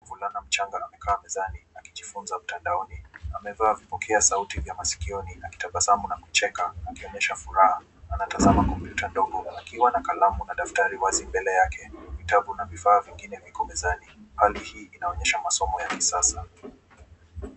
Mvulana mchanga amekaa mezani akijifunza mtandaoni. Amevaa vipokea sauti vya masikioni, akitabasamu na kucheka, akionyesha furaha. Anatazama kompyuta ndogo akiwa na kalamu na daftari wazi mbele yake. Vitabu na vifaa vingine viko mezani. Hali hii inaonyesha masomo ya kisasa.